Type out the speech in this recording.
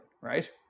right